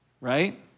Right